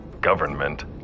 government